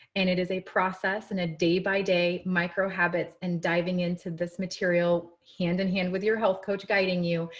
and it is a process and a day by day microhabits and diving into this material. hand in hand with your health coach guiding you.